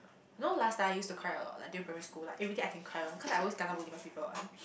you know last time I used to cry a lot like during primary school like everyday I can cry [one] cause I always kena bully by people [one]